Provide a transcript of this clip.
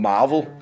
Marvel